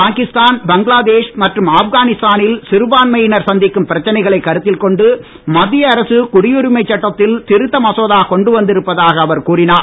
பாகிஸ்தான் பங்களாதேஷ் மற்றும் ஆப்கானிஸ்தானில் சிறுபான்மையினர் சந்திக்கும் பிரச்சனைகளைக் கருத்தில் கொண்டு மத்திய அரசு குடியுரிமை சட்டத்தில் திருத்த மசோதா கொண்டு வந்திருப்பதாக அவர் கூறினார்